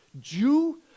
Jew